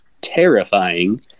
terrifying